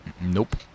Nope